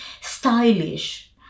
stylish